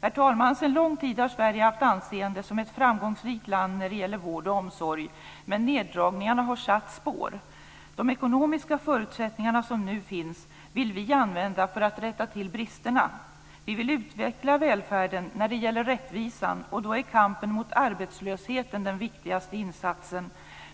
Herr talman! Sedan lång tid tillbaka har Sverige haft anseende som ett framgångsrikt land när det gäller vård och omsorg. Men neddragningarna har satt spår. De ekonomiska förutsättningar som nu finns vill vi använda för att rätta till bristerna. Vi vill utveckla välfärden när det gäller rättvisan, och då är kampen mot arbetslösheten den viktigaste insatsen.